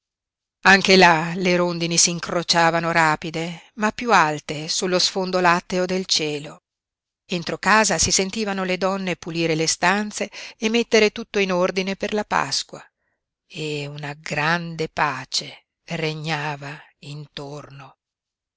anche là le rondini s'incrociavano rapide ma piú alte sullo sfondo latteo del cielo entro casa si sentivano le donne pulire le stanze e mettere tutto in ordine per la pasqua e una grande pace regnava intorno